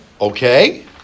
Okay